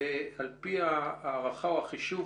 ועל פי ההערכה או החישוב,